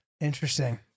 Interesting